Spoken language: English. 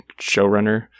showrunner